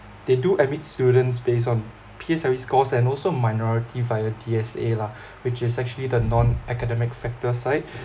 they do admit students based on P_S_L_E scores and also minority via D_S_A lah which is actually the non-academic factor side